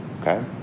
Okay